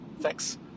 Thanks